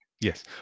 Yes